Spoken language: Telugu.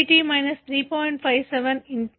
57 x fxt0